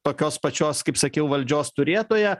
tokios pačios kaip sakiau valdžios turėtoja